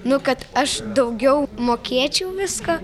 nu kad aš daugiau mokėčiau viską